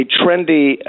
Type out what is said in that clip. trendy